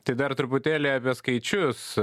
tai dar truputėlį apie skaičius